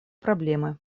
проблемы